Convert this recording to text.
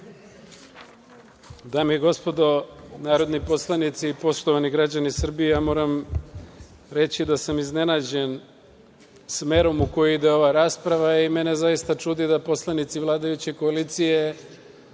Dame i gospodo narodni poslanici, poštovani građani Srbije, moram reći da sam iznenađen smerom u koji ide ova rasprava i mene zaista čudi da poslanici vladajuće koalicije,